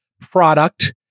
product